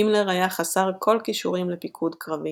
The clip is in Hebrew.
הימלר היה חסר כל כישורים לפיקוד קרבי,